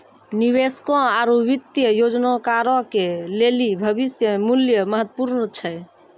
निवेशकों आरु वित्तीय योजनाकारो के लेली भविष्य मुल्य महत्वपूर्ण छै